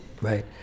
right